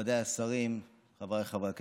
מכובדיי השרים, חבריי חברי הכנסת,